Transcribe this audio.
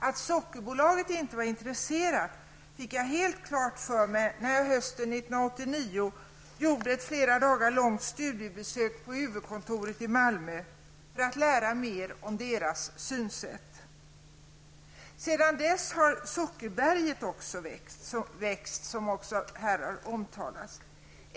Att sockerbolaget inte var intresserat fick jag helt klart för mig när jag hösten 1989 gjorde ett flera dagar långt studiebesök på huvudkontoret i Malmö för att lära mer om deras synsätt. Sedan dess har sockerberget också växt, som här har omtalats.